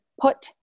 put